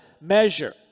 measure